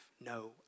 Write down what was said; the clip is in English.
no